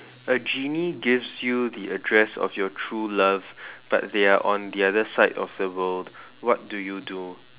a genie gives you the address of your true love but they are on the other side of the world what do you do